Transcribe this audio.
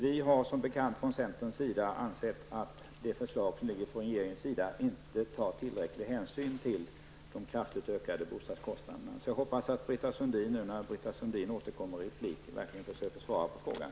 Vi har som bekant från centerns sida ansett att det förslag som föreligger från regeringen inte tar tillräcklig hänsyn till de kraftigt ökade bostadskostnaderna. Jag hoppas att Britta Sundin, när hon nu återkommer i en replik, verkligen försöker svara på den frågan.